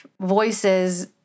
voices